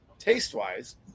Taste-wise